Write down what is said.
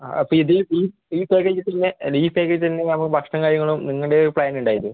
ആ അപ്പം ഇത് ഈ ഈ പാക്കേജ് തന്നെ അല്ല ഈ പാക്കേജ് തന്നെ ഞമ്മള ഭക്ഷണവും കാര്യങ്ങളും നിങ്ങളുടെ ഒരു പ്ലാൻ ഉണ്ടാവില്ലേ